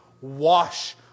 wash